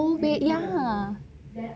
oh ya